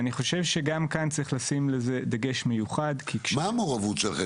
אני חושב שגם כאן צריך לשים לזה דגש מיוחד -- מה המעורבות שלכם?